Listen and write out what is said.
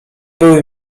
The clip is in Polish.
były